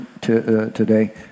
today